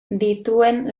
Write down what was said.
dituen